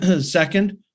Second